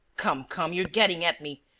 come, come you're getting at me!